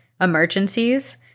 emergencies